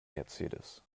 mercedes